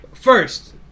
First